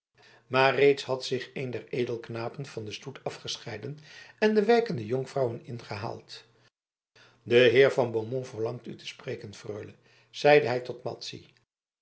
maar reeds had zich een der edelknapen van den stoet afgescheiden en de wijkende jonkvrouwen ingehaald de heer van beaumont verlangt u te spreken freule zeide hij tot